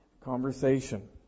Conversation